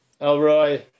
Elroy